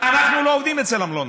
אנחנו לא עובדים אצל המלונאים.